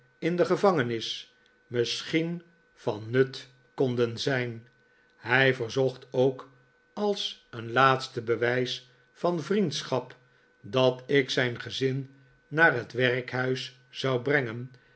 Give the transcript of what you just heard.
in de gevangeriis misschien van nut konden zijn hij verzocht ook als een laatste bewijs van vriendschap dat ik zijn gezin naar het werkhuis zou brengen